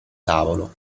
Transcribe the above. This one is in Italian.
tavolo